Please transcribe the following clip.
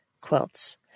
quilts